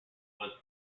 was